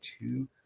two